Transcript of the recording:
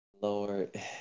Lord